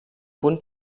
bund